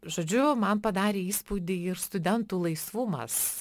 žodžiu man padarė įspūdį ir studentų laisvumas